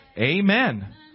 Amen